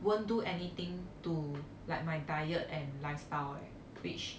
won't do anything to like my diet and lifestyle eh which